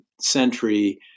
century